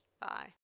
Bye